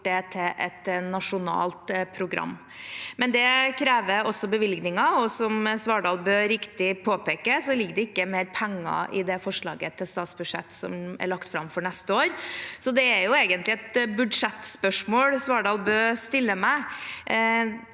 til et nasjonalt program. Men det krever også bevilgninger, og som Svardal Bøe riktig påpeker, ligger det ikke mer penger i det forslaget til statsbudsjett som er lagt fram for neste år, så det er jo egentlig et budsjettspørsmål Svardal Bøe stiller meg.